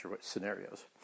scenarios